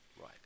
Right